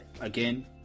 again